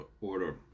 order